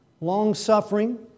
Long-suffering